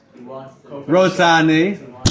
Rosani